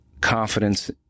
confidence